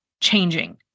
changing